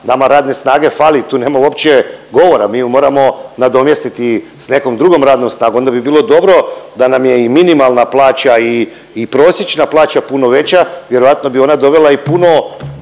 nama radne snage fali, tu nema uopće govora, mi ju moramo nadomjestiti s nekom drugom radnom snagom, onda bi bilo dobro da nam je i minimalna plaća i prosječna plaća puno veća, vjerojatno bi ona dovela i puno